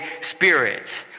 Spirit